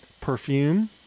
Perfume